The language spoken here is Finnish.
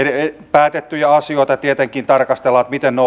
päätettyjä asioita tietenkin tarkastelemme miten ne